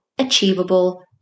achievable